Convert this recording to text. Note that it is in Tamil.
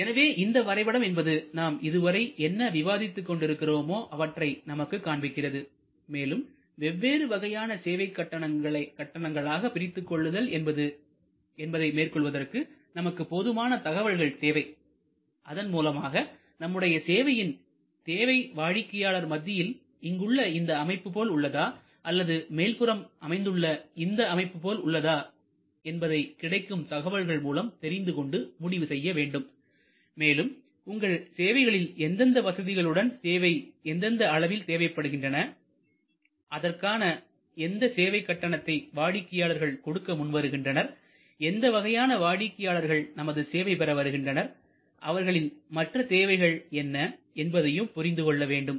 எனவே இந்த வரைபடம் என்பது நாம் இதுவரை என்ன விவாதித்துக் கொண்டிருக்கிறோமோ அவற்றை நமக்கு காண்பிக்கிறது மேலும் வெவ்வேறு வகையான சேவைக் கட்டணங்களாக பிரித்து கொள்ளுதல் என்பதை மேற்கொள்வதற்கு நமக்கு போதுமான தகவல்கள் தேவை அதன் மூலமாக நம்முடைய சேவையின் தேவை வாடிக்கையாளர் மத்தியில் இங்குள்ள இந்த அமைப்பு போல் உள்ளதா அல்லது மேற்புறம் அமைந்துள்ள இந்த அமைப்பு போல் உள்ளதா என்பதை கிடைக்கும் தகவல்கள் மூலம் தெரிந்துகொண்டு முடிவு செய்ய வேண்டும் மேலும் உங்கள் சேவைகளில் எந்தெந்த வசதிகளுடன் தேவை எந்தெந்த அளவில் தேவைப்படுகின்றன அதற்காக எந்த சேவை கட்டணத்தை வாடிக்கையாளர்கள் கொடுக்க முன்வருகின்றனர் எந்த வகையான வாடிக்கையாளர்கள் நமது சேவை பெற வருகின்றனர் அவர்களின் மற்ற தேவை என்ன என்பதையும் புரிந்து கொள்ள வேண்டும்